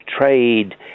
trade